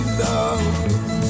love